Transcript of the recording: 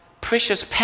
precious